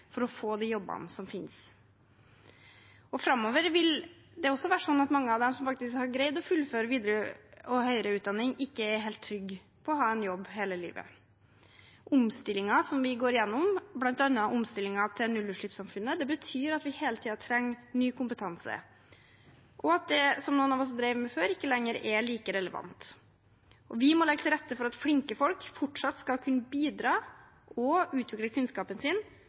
for å få de jobbene som finnes. Og framover vil det også være slik at mange av dem som faktisk har greid å fullføre videre og høyere utdanning, ikke er helt trygge på å ha en jobb hele livet. Omstillingen som vi går igjennom, bl.a. omstillingen til nullutslippssamfunnet, betyr at vi hele tiden trenger ny kompetanse, og at det som noen av oss drev med før, ikke lenger er like relevant. Vi må legge til rette for at flinke folk fortsatt skal kunne bidra – og utvikle kunnskapen sin